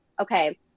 okay